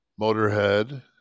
Motorhead